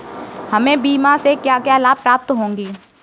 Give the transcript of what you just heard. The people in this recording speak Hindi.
हमें बीमा से क्या क्या लाभ प्राप्त होते हैं?